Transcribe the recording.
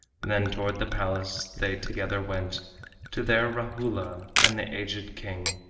then toward the palace they together went to their rahula and the aged king,